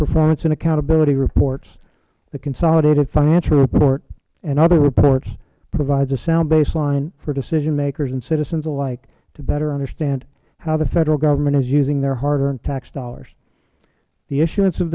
performance and accountability reports the consolidated financial report and other reports provides a sound baseline for decision makers and citizens alike to better understand how the federal government is using their hard earned tax dollars the issu